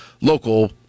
local